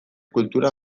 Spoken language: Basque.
kultura